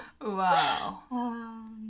Wow